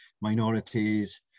minorities